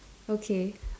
okay